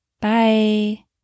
Bye